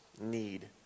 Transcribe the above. need